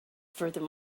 further